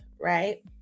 right